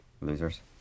Losers